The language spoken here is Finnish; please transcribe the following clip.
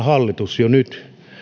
hallitus jo nyt